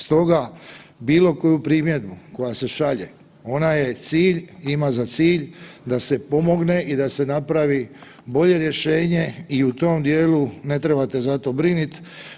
Stoga bilo koju primjedbu koja se šalje ona je cilj, ima za cilj da se pomogne i da se napravi bolje rješenje i u tom dijelu ne trebate zato brinit.